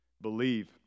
Believe